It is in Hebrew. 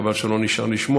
חבל שהוא לא נשאר לשמוע,